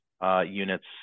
Units